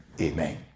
Amen